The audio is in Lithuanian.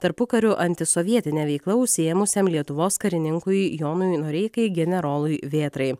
tarpukariu antisovietine veikla užsiėmusiam lietuvos karininkui jonui noreikai generolui vėtrai